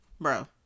bro